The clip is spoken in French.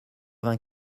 vingt